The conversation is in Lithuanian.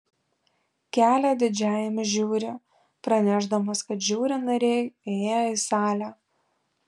kelią didžiajam žiuri pranešdamas kad žiuri nariai įėjo į salę